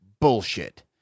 bullshit